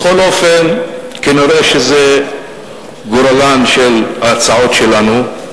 בכל אופן, נראה שזה גורלן של ההצעות שלנו.